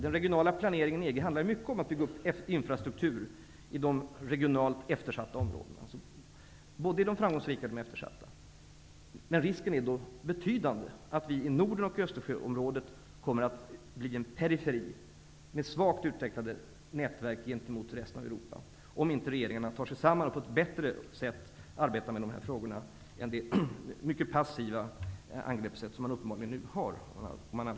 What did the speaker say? Den regionala planeringen i EG handlar mycket om att bygga upp infrastruktur i de regionalt eftersatta områdena, alltså både i de framgångsrika och i de eftersatta. Risken är betydande att vi i Norden och i Östersjöområdet kommer att bli en periferi, med svagt utvecklade nätverk gentemot resten av Europa, om inte regeringarna tar sig samman och arbetar med de här frågorna på ett bättre sätt än det mycket passiva angreppssätt som man uppenbarligen nu använder sig av.